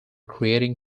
creating